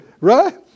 Right